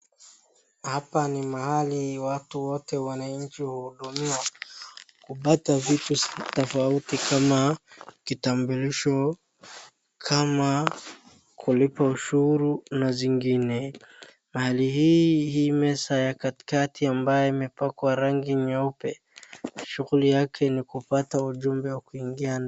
Hapa ni mahali watu wote wananchi huhudumiwa kupata vitu tofauti kama kitambulisho, kama kulipa ushuru na zingine. Mahali hii hii meza ya katikati ambaye imepakwa rangi nyeupe shughuli yake ni kupata ujumbe wa kuingia.